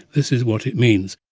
this is what it means.